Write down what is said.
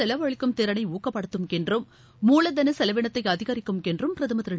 செலவளிக்கும்திறனைஊக்கப்படுத்தும் என்றும் மூலதனசெலவினத்தைஅதிகரிக்கும் என்றும் பிரதமர் திரு